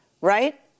right